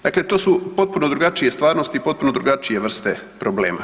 Dakle, to su potpuno drugačije stvarnosti i potpuno drugačije vrste problema.